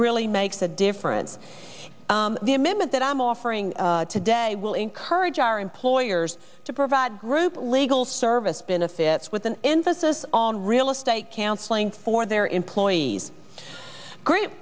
really makes a difference the myth that i'm offering today will encourage our employers to provide group legal service been a fit with an emphasis on real estate counseling for their employees great